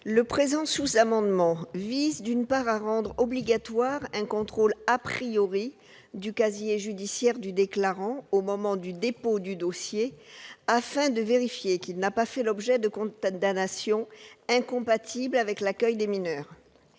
Le présent sous-amendement vise à rendre obligatoire un contrôle du casier judiciaire du déclarant au moment du dépôt du dossier, afin de vérifier qu'il n'a pas fait l'objet de condamnations incompatibles avec l'accueil des mineurs.